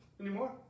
anymore